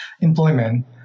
employment